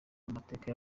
amateka